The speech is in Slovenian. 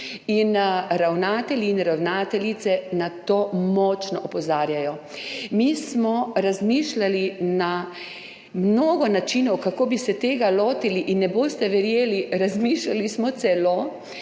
Ravnatelji in ravnateljice na to močno opozarjajo. Mi smo razmišljali na mnogo načinov, kako bi se tega lotili, in ne boste verjeli, razmišljali smo celo,